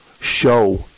show